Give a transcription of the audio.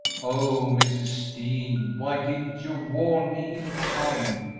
oh, mrs. dean, why didn't you warn me in time?